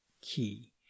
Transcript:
key